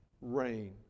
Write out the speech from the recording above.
rain